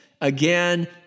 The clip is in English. Again